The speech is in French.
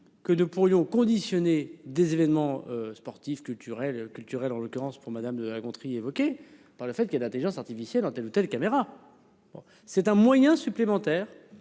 que 2 pourrions conditionner des événements sportifs, culturels culturels en l'occurrence pour madame de La Gontrie évoquée par le fait qu'il ait d'Intelligence artificielle dans telle ou telle caméra. Bon, c'est un moyen supplémentaire,